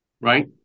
Right